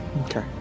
Okay